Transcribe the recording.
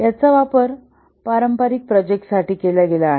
याचा वापर पारंपारिक प्रोजेक्ट साठी केला गेला आहे